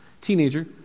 teenager